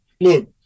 Look